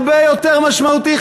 זה הרבה יותר משמעותי,